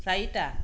চাৰিটা